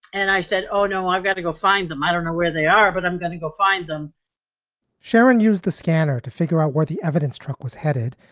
and i said, oh, no, i've got to go find them. i don't know where they are, but i'm gonna go find them sharon, use the scanner to figure out where the evidence truck was headed.